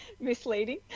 misleading